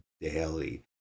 daily